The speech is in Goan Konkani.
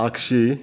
आग्शी